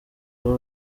uwo